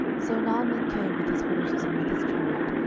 so naaman came with his horses and with his chariot,